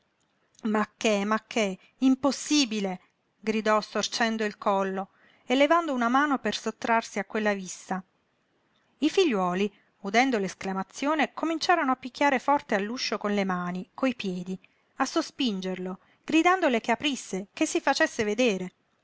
ma che ma che impossibile gridò storcendo il collo e levando una mano per sottrarsi a quella vista i figliuoli udendo l'esclamazione cominciarono a picchiare forte all'uscio con le mani coi piedi a sospingerlo gridandole che aprisse che si facesse vedere